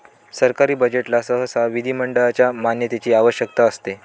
सरकारी बजेटला सहसा विधिमंडळाच्या मान्यतेची आवश्यकता असते